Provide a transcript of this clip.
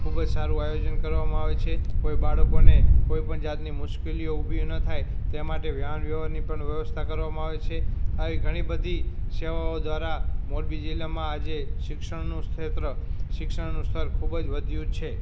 ખૂબ જ સારું આયોજન કરવામાં આવે છે કોઈ બાળકોને કોઈપણ જાતની મુશ્કેલીઓ ઊભી ન થાય તે માટે વાહન વ્યવહારની પણ વ્યવસ્થા કરવામાં આવે છે આવી ઘણી બધી સેવાઓ દ્વારા મોરબી જિલ્લામાં આજે શિક્ષણનું ક્ષેત્ર શિક્ષણનું સ્તર ખૂબ જ વધ્યું છે